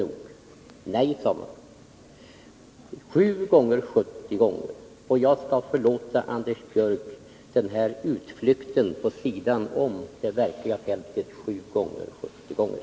Jesus svarade honom: Jag säger dig: Icke sju gånger, utan sjuttio gånger sju gånger.” Jag skall förlåta Anders Björck denna utflykt vid sidan om den verkliga debatten sjuttio gånger sju gånger.